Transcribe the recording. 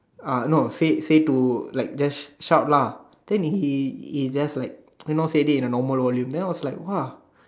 ah no say say to like just shout lah then he he just like you know say it the normal volume then I was like !wah!